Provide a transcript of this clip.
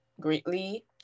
greatly